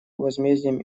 возмездием